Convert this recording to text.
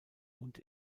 und